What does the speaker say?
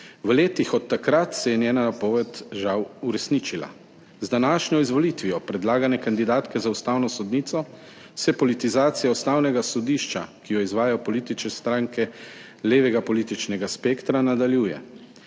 V letih od takrat se je njena napoved žal uresničila. Z današnjo izvolitvijo predlagane kandidatke za ustavno sodnico se politizacija ustavnega sodišča, ki jo izvajajo politične stranke levega političnega spektra, nadaljuje.